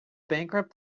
bankrupt